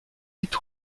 vite